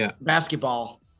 basketball